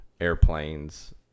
Airplanes